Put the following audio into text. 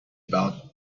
about